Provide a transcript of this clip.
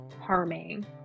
harming